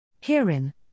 Herein